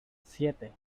siete